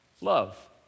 Love